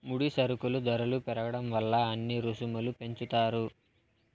ముడి సరుకుల ధరలు పెరగడం వల్ల అన్ని రుసుములు పెంచుతారు